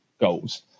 goals